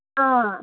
अँ